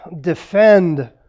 defend